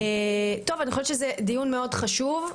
אני חושבת שזה דיון מאוד חשוב,